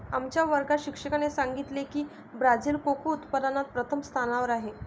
आमच्या वर्गात शिक्षकाने सांगितले की ब्राझील कोको उत्पादनात प्रथम स्थानावर आहे